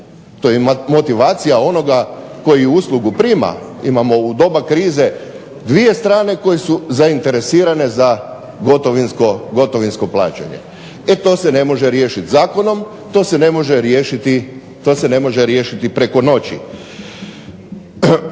To je motivacija onoga koji uslugu prima. Imamo u doba krize dvije strane koje su zainteresirane za gotovinsko plaćanje. E to se ne može riješit zakonom, to se ne može riješiti preko noći.